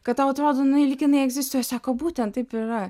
kad tau atrodo lyg jinai egzistuoja sako būtent taip yra